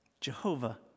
Jehovah